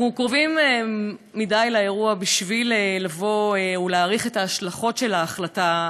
אנחנו קרובים מדי לאירוע בשביל להעריך את ההשלכות של ההחלטה,